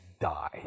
die